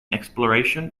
exploration